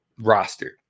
roster